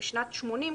ב-1980,